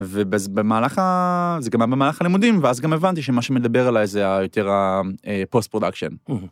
ובמהלך ה.. זה גם היה במהלך הלימודים ואז גם הבנתי שמה שמדבר אליי זה ה.. יותר הפוסט פרודקשן.